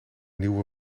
nieuwe